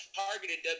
targeted